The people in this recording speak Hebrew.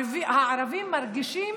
הערבים מרגישים